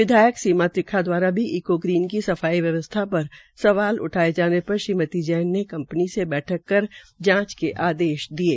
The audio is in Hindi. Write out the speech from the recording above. विधायक सीमा त्रिखा दवारा इस इकोग्रीन की सफाई व्यवस्था पर सवाल उठाये जाने पर श्रीमती जैन ने कंपनी से बैठक कर जांच के आदेश दिये